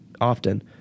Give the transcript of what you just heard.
often